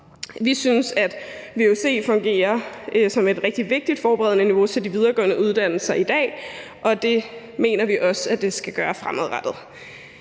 Vi synes, at vuc fungerer som et rigtig vigtigt forberedende niveau for de videregående uddannelser i dag, og det mener vi også det skal gøre fremadrettet.